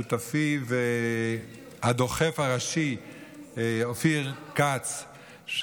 שותפי והדוחף הראשי אופיר כץ,